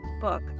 book